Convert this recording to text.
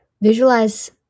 Visualize